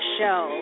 show